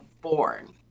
born